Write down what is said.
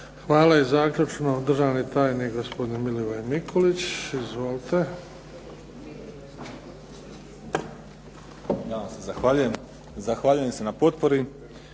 Hvala. I zaključno državni tajnik gospodin Milivoj Mikulić. **Mikulić, Milivoj** Ja vam se zahvaljujem. Zahvaljujem se na potpori.